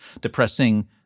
depressing